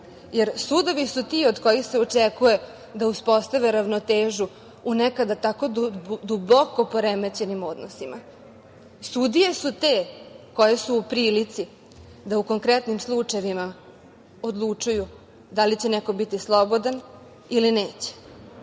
jer sudovi su ti od kojih se očekuje da uspostave ravnotežu u nekada tako duboko poremećenim odnosima. Sudije su te koje su u prilici da u konkretnim slučajevima odlučuju da li će neko biti slobodan ili neće,